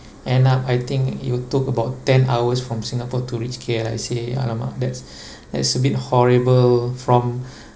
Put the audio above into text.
end up I think it took about ten hours from Singapore to reach K_L I say !alamak! that's that's a bit horrible from